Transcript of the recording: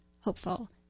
hopeful